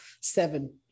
seven